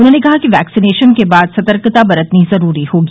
उन्होंने कहा कि वैक्सीनेशन के बाद सतर्कता बरतनी जरूरी होगी